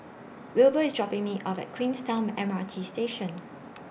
Wilbur IS dropping Me off At Queenstown M R T Station